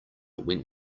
went